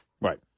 Right